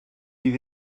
bydd